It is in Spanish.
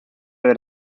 del